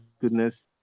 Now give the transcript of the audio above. goodness